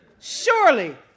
Surely